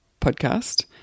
podcast